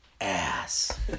Ass